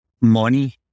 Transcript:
money